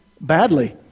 badly